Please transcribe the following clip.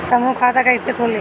समूह खाता कैसे खुली?